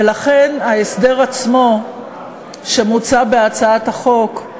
ולכן, ההסדר עצמו שמוצע בהצעת החוק הוא